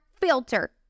filter